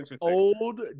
old